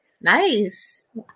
Nice